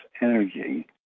energy